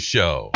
Show